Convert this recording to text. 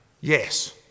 yes